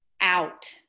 out